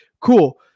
cool